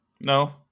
no